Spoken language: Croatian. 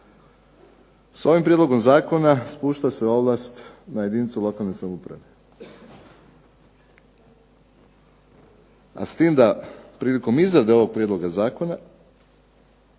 S ovim prijedlogom zakona spušta se ovlast na jedinice lokalne samouprave, a s tim da prilikom izrade ovog prijedloga zakona